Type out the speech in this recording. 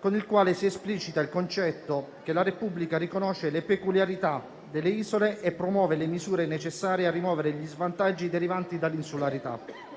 con il quale si esplicita il concetto che la Repubblica riconosce le peculiarità delle isole e promuove le misure necessarie a rimuovere gli svantaggi derivanti dall'insularità.